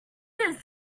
his